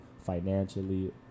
financially